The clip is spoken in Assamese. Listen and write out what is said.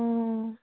অঁ